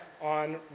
on